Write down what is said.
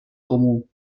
comú